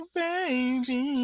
baby